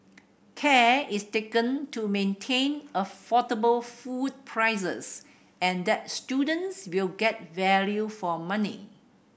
care is taken to maintain affordable food prices and that students will get value for money